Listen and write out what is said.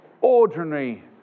Ordinary